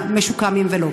המשוקם או לא.